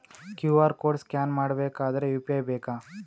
QR code scan ಮಾಡಬೇಕಾದರೆ UPI ಬೇಕಾ?